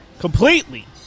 Completely